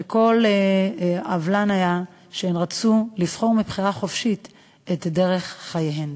שכל עוולן היה שרצו לבחור בבחירה חופשית את דרך חייהן.